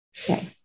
Okay